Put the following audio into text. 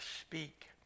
speak